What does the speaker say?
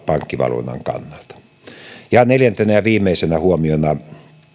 pankkivalvonnan kannalta neljäntenä ja viimeisenä huomiona